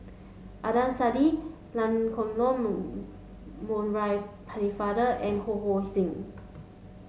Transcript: Adnan Saidi Pennefather and Ho Hong Sing